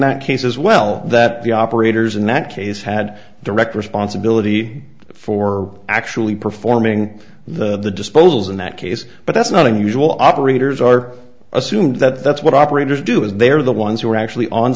that case as well that the operators in that case had direct responsibility for actually performing the disposals in that case but that's nothing new well operators are assumed that that's what operators do is they are the ones who are actually on